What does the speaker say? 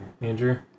Andrew